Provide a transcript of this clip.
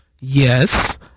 yes